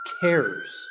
cares